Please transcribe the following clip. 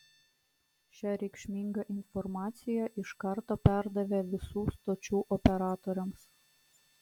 šią reikšmingą informaciją iš karto perdavė visų stočių operatoriams